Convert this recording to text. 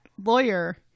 lawyer